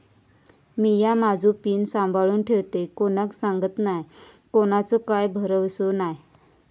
मिया माझो पिन सांभाळुन ठेवतय कोणाक सांगत नाय कोणाचो काय भरवसो नाय